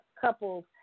couple's